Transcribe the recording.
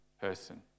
person